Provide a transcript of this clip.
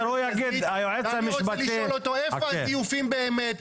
ואני רוצה לשאול אותו איפה הזיופים באמת,